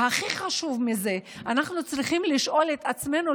הכי חשוב: אנחנו צריכים לשאול את עצמנו,